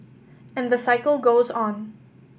and the cycle goes on